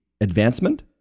advancement